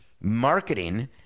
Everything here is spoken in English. marketing